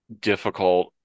difficult